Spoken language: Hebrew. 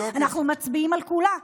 אנחנו מצביעים על כולה.